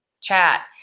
chat